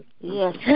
Yes